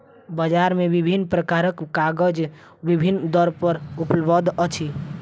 बजार मे विभिन्न प्रकारक कागज विभिन्न दर पर उपलब्ध अछि